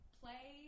play